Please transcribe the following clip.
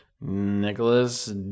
Nicholas